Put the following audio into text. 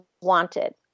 wanted